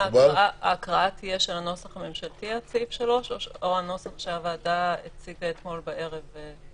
אולי לא נקריא את סעיף 3. למה שלא נקריא אותו ונשמיע את קולנו פה?